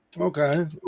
Okay